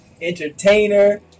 entertainer